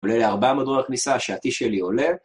עולה ל-400 דולר כניסה, השעתי שלי עולה.